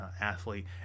athlete